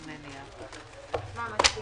הישיבה ננעלה בשעה 16:00.